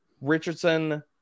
Richardson